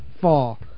fall